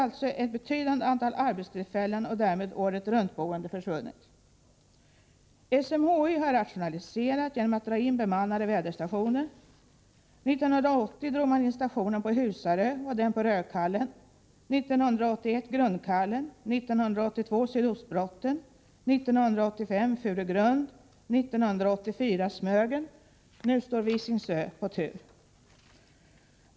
Ett betydande antal arbetstillfällen och därmed åretruntboende har alltså försvunnit. SMHI har rationaliserat genom att dra in bemannade väderstationer. 1980 drog man in stationen på Husarö och den på Rödkallen, 1981 Grundkallen, 1982 Sydostbrotten, 1983 Furuögrund och 1984 Smögen. Nu står Visingsö på tur.